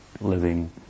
living